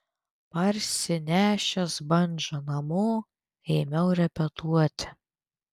parsinešęs bandžą namo ėmiau repetuoti